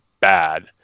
bad